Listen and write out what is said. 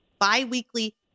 biweekly